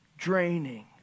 Draining